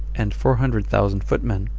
and four hundred thousand footmen.